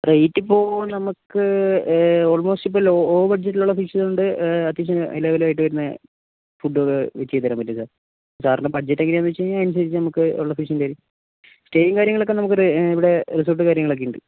rate ഇപ്പോൾ നമുക്ക് ഓൾമോസ്റ്റിപ്പോൾ ലോ ബഡ്ജറ്റിലുള്ള ഫിഷുകളുണ്ട് അത്യാവശ്യം ഹൈ ലെവലായിട്ടു വരുന്ന ഫുഡൊക്കെ ചെയ്തുതരാൻ പറ്റും സാറിൻ്റെ ബഡ്ജറ്റെങ്ങനെയാണ് വെച്ച് കഴിഞ്ഞാൽ അതനുസരിച്ച് നമുക്ക് സ്റ്റെയും കാര്യങ്ങളുമൊക്കെ നമുക്കിവിടെ റിസോർട്ടും കാര്യങ്ങളുമൊക്കെയുണ്ട്